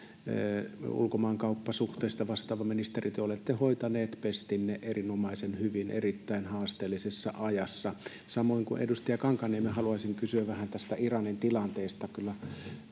ulkomaankauppasuhteista vastaava ministeri ovat hoitaneet pestinsä erinomaisen hyvin erittäin haasteellisessa ajassa. Samoin kuin edustaja Kankaanniemi, haluaisin kysyä vähän tästä Iranin tilanteesta,